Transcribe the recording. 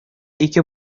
ике